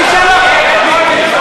מי שלח אותך?